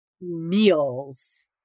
meals